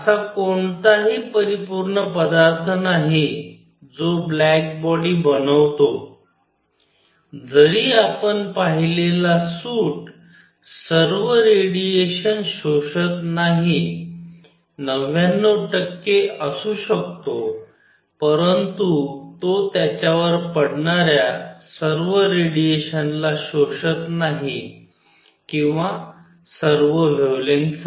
असा कोणताही परिपूर्ण पदार्थ नाही जो ब्लॅक बॉडी बनवतो जरी आपण पाहिलेला सूट सर्व रेडिएशन शोषत नाही 99 टक्के असू शकतो परंतु तो त्याच्यावर पडणार्या सर्व रेडिएशनला शोषत नाही किंवा सर्व वेव्हलेंग्थसाठी